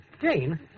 Jane